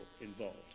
involved